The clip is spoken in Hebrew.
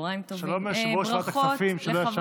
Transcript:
שלום ליושב-ראש ועדת הכספים, שלא ישן כל הלילה.